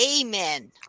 amen